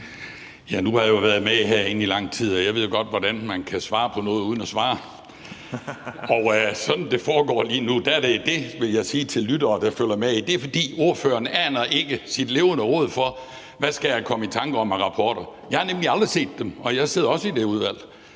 (V): Nu har jeg været med herinde i lang tid, og jeg ved jo godt, hvordan man kan svare på noget uden at svare. Som det foregår lige nu, er det det, vil jeg sige til lyttere, der følger med. Det er, fordi ordføreren ikke aner sine levende råd, i forhold til hvad han skal komme i tanker om af rapporter. Jeg har nemlig aldrig set dem, og jeg sidder også i det udvalg.